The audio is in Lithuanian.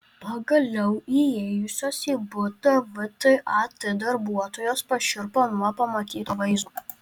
pagaliau įėjusios į butą vtat darbuotojos pašiurpo nuo pamatyto vaizdo